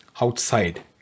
outside